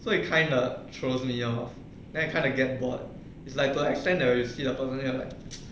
so you kinda throws me off then you kind of get bored is like to an extend there is